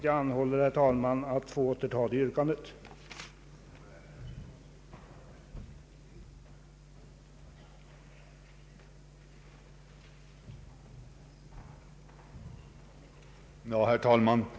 Jag anhäller under sådana förhållanden att få återta mitt yrkande på grund av att det icke är möjligt att hinna utforma sådant lagförslag under den korta tid, som står till förfogande.